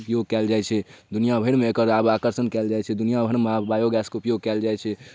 उपयोग कएल जाइ छै दुनिआभरिमे एकर आब आकर्षण कएल जाइ छै दुनिआभरिमे आब बायोगैसके उपयोग कएल जाइ छै